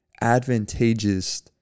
advantageous